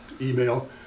email